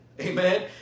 Amen